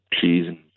cheese